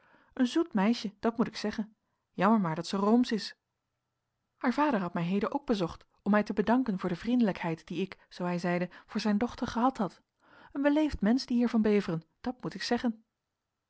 een zoet meisje dat moet ik zeggen jammer maar dat zij roomsch is haar vader had mij heden ook bezocht om mij te bedanken voor de vriendelijkheid die ik zoo hij zeide voor zijn dochter gehad had een beleefd mensch die heer van beveren dat moet ik zeggen